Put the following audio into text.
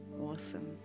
Awesome